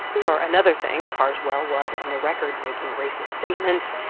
for another thing, carswell was on the record making racist statements.